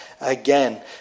again